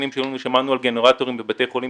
בדיונים שונים שהיו לנו שמענו על גנרטורים בבתי חולים